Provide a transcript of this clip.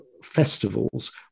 festivals